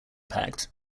pact